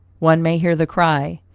one may hear the cry,